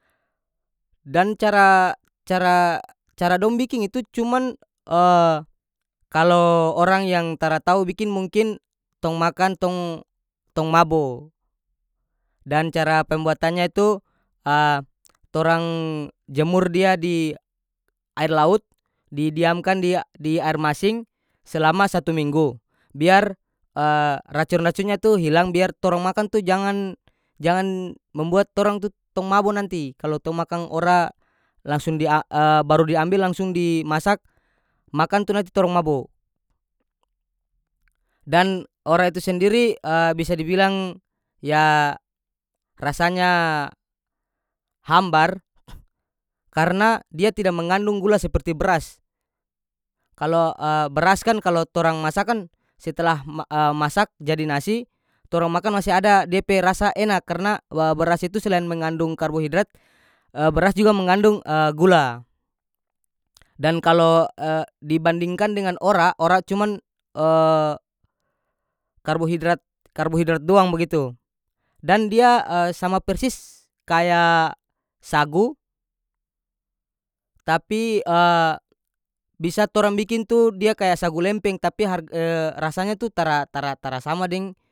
Dan cara cara- cara dong biking itu cuman kalo orang yang tara tau bikin mungkin tong makan tong- tong mabo dan cara pembuatannya tu torang jemur dia di air laut didiamkan dia- di air masing selama satu minggu biar racon-raconnya tu hilang biar torang makang tu jangan- jangan membuang torang tu tong mabo nanti kalo tong makang ora langsung di a baru diambil langsung di masak makang tu nanti torang mabo dan ora itu sendiri bisa dibilang ya rasanya hambar karena dia tidak mengandung gula seperti bras kalo bras kan kalo torang masak kan setlah ma- masak jadi nasi torang makan masi ada dia pe rasa enak karena wah bras itu selain mengandung karbohidrat beras juga mengandung gula dan kalo dibandingkan dengan ora- ora cuman karbohidrat- karbohidrat doang bagitu dan dia sama persis kaya sagu tapi bisa torang biking tu dia kaya sagu lempeng tapi harg rasanya tu tara tara- tara sama deng.